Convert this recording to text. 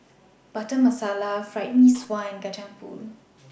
Butter Masala Fried Mee Sua and Kacang Pool